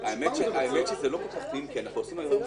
שזה כך אבל אולי זה לא,